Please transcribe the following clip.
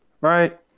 right